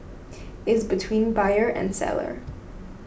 is between buyer and seller